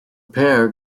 pair